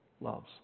loves